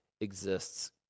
exists